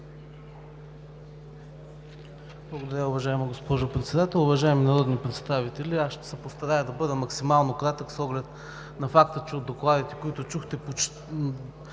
Благодаря Ви, уважаема госпожо Председател. Уважаеми народни представители, ще се постарая да бъда максимално кратък с оглед на факта, че в докладите на трите